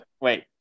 wait